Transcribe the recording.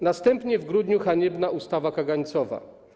Następnie w grudniu - haniebna ustawa kagańcowa.